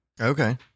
Okay